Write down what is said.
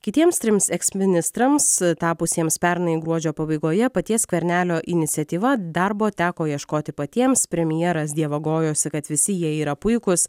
kitiems trims eksministrams tapusiems pernai gruodžio pabaigoje paties skvernelio iniciatyva darbo teko ieškoti patiems premjeras dievagojosi kad visi jie yra puikūs